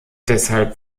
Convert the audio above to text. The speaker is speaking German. deshalb